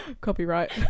copyright